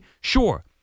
sure